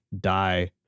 die